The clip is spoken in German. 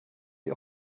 sie